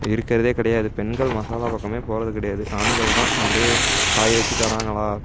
இருக்கிறதே கிடையாது பெண்கள் மசாலா பக்கமே போகிறது கிடையாது ஆண்கள் தான் அப்படியே காய வச்சு தராங்களா